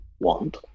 want